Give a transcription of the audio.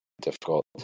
difficult